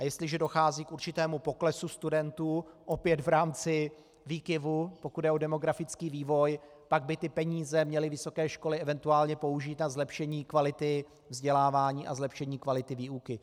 Jestliže dochází k určitému poklesu studentů, opět v rámci výkyvů, pokud jde o demografický vývoj, pak by ty peníze měly vysoké školy eventuálně použít na zlepšení kvality vzdělávání a zlepšení kvality výuky.